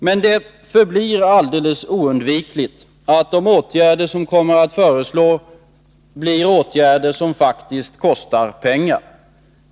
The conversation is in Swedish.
Men det förblir oundvikligt att de åtgärder som kommer att föreslås blir åtgärder som faktiskt kostar pengar.